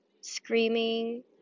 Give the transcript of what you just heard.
Screaming